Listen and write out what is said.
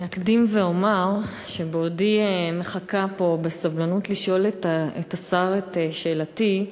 אני אקדים ואומר שבעודי מחכה פה בסבלנות לשאול את השר את שאלתי,